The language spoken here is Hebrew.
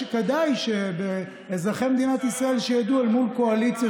כדאי שאזרחי מדינת ישראל ידעו מול קואליציה